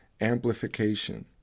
Amplification